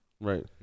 right